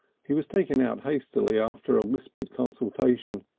he was taken out hastily after a whispered consultation,